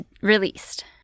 released